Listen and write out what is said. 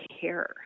care